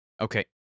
Okay